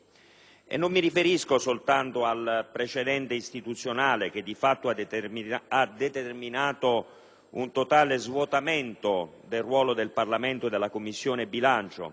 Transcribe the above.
E non mi riferisco soltanto al precedente istituzionale che, di fatto, ha determinato un totale svuotamento del ruolo del Parlamento e della Commissione bilancio